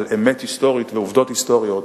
על אמת היסטורית ועובדות היסטוריות,